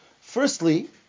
Firstly